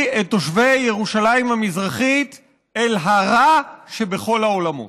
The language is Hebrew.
את תושבי ירושלים המזרחית אל הרע שבכל העולמות.